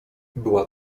była